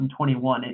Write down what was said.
2021